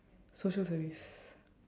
social service